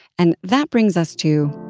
and that brings us to.